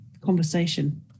conversation